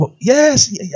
yes